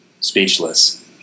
Speechless